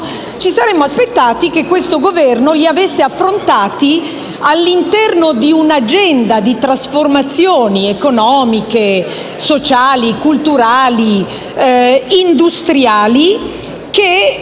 ci saremmo aspettati che questo Governo li avesse affrontati all'interno di un'agenda di trasformazioni economiche, sociali, culturali e industriali che